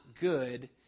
good